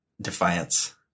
defiance